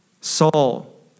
Saul